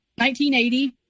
1980